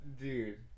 Dude